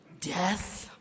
death